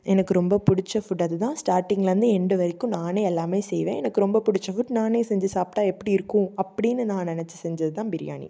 எனக்கு ரொம்ப பிடுச்ச ஃபுட்டு அது தான் ஸ்டார்ட்டிங்லேருந்து எண்டு வரைக்கும் நானே எல்லாமே செய்வேன் எனக்கு ரொம்ப பிடுச்ச ஃபுட் நானே செஞ்சு சாப்பிட்டா எப்படி இருக்கும் அப்படினு நான் நெனச்சு செஞ்சதுதான் பிரியாணி